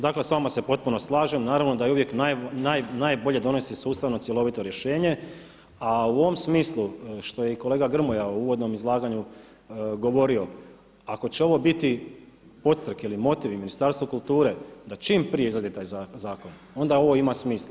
Dakle s vama se potpuno slažem, naravno da je uvijek najbolje donesti sustavno cjelovito rješenje a u ovom smislu što je i kolega Grmoja u uvodnom izlaganju govorio, ako će ovo biti podstrek ili motiv i Ministarstvu kulture da čim prije izradi taj zakon onda ovo ima smisla.